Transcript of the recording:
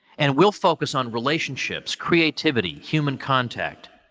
and we'll focus on relationships, creativity, human contact,